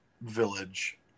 village